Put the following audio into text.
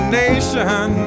nation